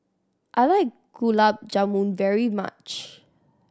I like Gulab Jamun very much